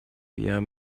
wir